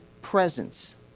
presence